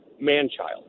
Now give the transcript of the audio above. man-child